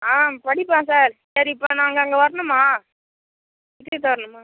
ஆ படிப்பான் சார் சரி இப்போ நாங்கள் அங்கே வரணுமா வரணுமா